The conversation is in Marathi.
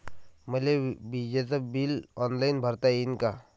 मले विजेच बिल ऑनलाईन भरता येईन का?